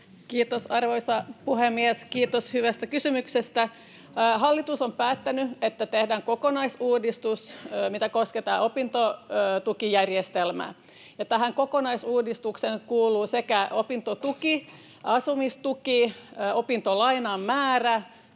Kiitos, arvoisa puhemies! Kiitos hyvästä kysymyksestä. Hallitus on päättänyt, että tehdään kokonaisuudistus, mikä koskee tätä opintotukijärjestelmää. Tähän kokonaisuudistukseen kuuluu opintotuki, asumistuki, opintolainan määrä,